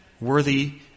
worthy